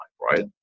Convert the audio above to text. right